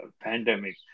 pandemic